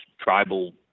tribal